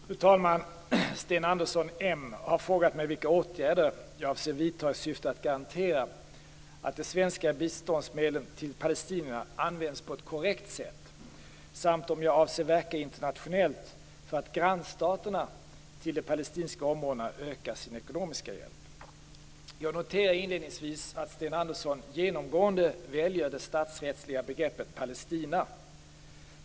Fru talman! Sten Andersson, m, har frågat mig vilka åtgärder jag avser vidta i syfte att garantera att svenska biståndsmedel till palestinierna används på ett korrekt sätt samt om jag avser verka internationellt för att grannstaterna till de palestinska områdena ökar sin ekonomiska hjälp. Jag noterar inledningsvis att Sten Andersson genomgående väljer det statsrättsliga begreppet Palestina.